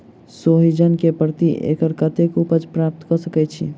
सोहिजन केँ प्रति एकड़ कतेक उपज प्राप्त कऽ सकै छी?